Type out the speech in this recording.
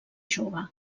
jove